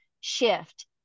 shift